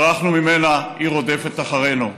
ברחנו ממנה, היא רודפת אחרינו.